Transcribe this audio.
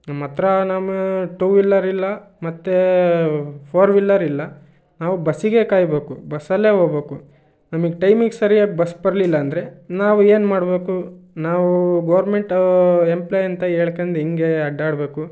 ನಮ್ಮ ಹತ್ರ ನಮ್ಮ ಟೂ ವಿಲ್ಲರ್ ಇಲ್ಲ ಮತ್ತು ಫೋರ್ ವಿಲ್ಲರ್ ಇಲ್ಲ ನಾವು ಬಸ್ಸಿಗೇ ಕಾಯ್ಬೇಕು ಬಸ್ಸಲ್ಲೇ ಹೋಬೇಕು ನಮಗೆ ಟೈಮಿಗೆ ಸರಿಯಾಗಿ ಬಸ್ ಬರಲಿಲ್ಲ ಅಂದರೆ ನಾವು ಏನು ಮಾಡಬೇಕು ನಾವು ಗೋರ್ಮೆಂಟು ಎಂಪ್ಲೋಯಿ ಅಂತ ಹೇಳ್ಕಂಡು ಹೀಗೆ ಅಡ್ಡಾಡಬೇಕು